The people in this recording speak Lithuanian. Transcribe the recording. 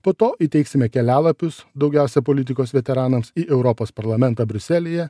po to įteiksime kelialapius daugiausia politikos veteranams į europos parlamentą briuselyje